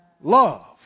love